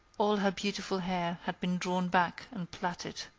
all her beautiful hair had been drawn back and plaited.